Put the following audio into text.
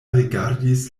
rigardis